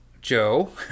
Joe